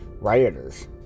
rioters